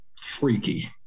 freaky